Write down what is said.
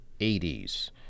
80s